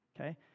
okay